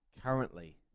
currently